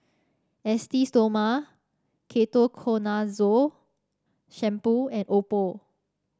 Esteem Stoma Ketoconazole Shampoo and Oppo